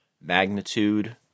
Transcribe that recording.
Magnitude